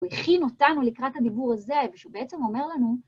הוא הכין אותנו לקראת הדיבור הזה, ושהוא בעצם אומר לנו...